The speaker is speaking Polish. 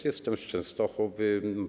Jestem z Częstochowy.